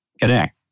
connect